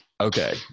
okay